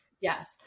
Yes